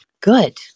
Good